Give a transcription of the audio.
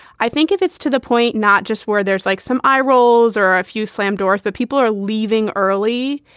i think if it's to the point not just where there's like some eye rolls or a few slam doors, but people are leaving early.